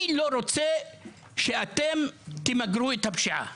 מי לא רוצה שאתם תמגרו את הפשיעה?